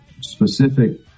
specific